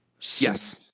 Yes